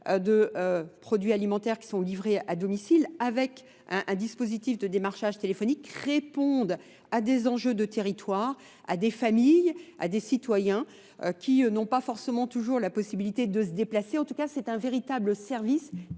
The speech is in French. de produits alimentaires qui sont livrés à domicile avec un dispositif de démarchage téléphonique répondent à des enjeux de territoire, à des familles, à des citoyens, qui n'ont pas forcément toujours la possibilité de se déplacer. En tout cas c'est un véritable service